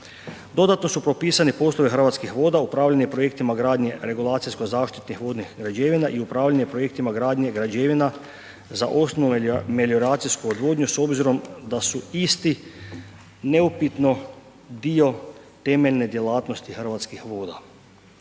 Dodatno su propisani poslovi Hrvatskih voda, upravljanje projektima gradnje regulacijsko-zaštitnih građevina i upravljanje projektima gradnje i građevina za osnove melioracijske odvodnje s obzirom da su isti neupitno dio temeljne djelatnosti Hrvatskih voda.